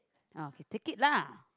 oh okay take it lah